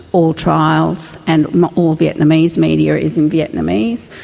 all trials and all vietnamese media is in vietnamese,